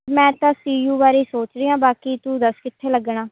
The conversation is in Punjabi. ਮੈਂ ਤਾਂ ਸੀ ਯੂ ਬਾਰੇ ਸੋਚ ਰਹੀ ਹਾਂ ਬਾਕੀ ਤੂੰ ਦੱਸ ਕਿੱਥੇ ਲੱਗਣਾ